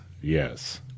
yes